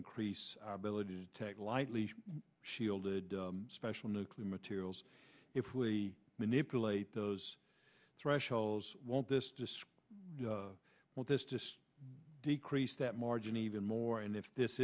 increase our ability to take lightly shielded special nuclear materials if we manipulate those thresholds won't this disk well this just decrease that margin even more and if this